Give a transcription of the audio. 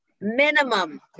minimum